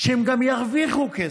שהם גם ירוויחו כסף,